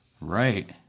Right